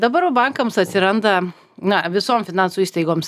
dabar bankams atsiranda na visom finansų įstaigoms